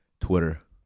Twitter